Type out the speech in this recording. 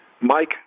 Mike